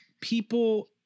people